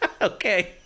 Okay